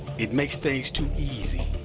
it makes things too easy.